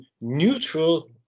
neutral